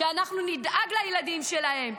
שאנחנו נדאג לילדים שלהם.